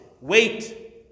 wait